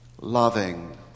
loving